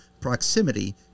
proximity